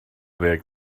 ddeg